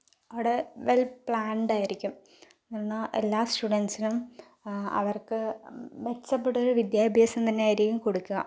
അവിടെ well planned ആയിരിക്കും എന്നാൽ എല്ലാ സ്റ്റുഡൻസിനും അവർക്ക് മെച്ചപ്പെട്ട ഒരു വിദ്യാഭ്യാസം തന്നെയായിരിക്കും കൊടുക്കുക